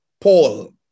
Paul